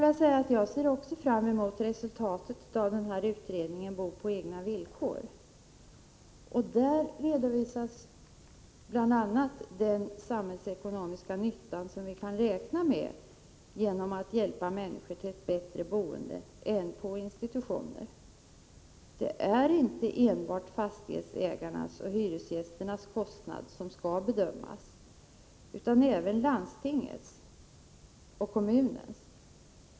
Jag ser också fram emot resultatet av utredningen Bo på egna villkor. Den kommer att redovisa bl.a. den samhällsekonomiska nyttan av att vi kan hjälpa människor till ett bättre boende än vad institutionsboende är. Det är inte enbart fastighetsägarnas och hyresgästernas kostnader som skall bedömas utan även landstingets och kommunens.